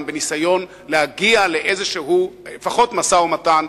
בניסיון להגיע לפחות לאיזשהו משא-ומתן.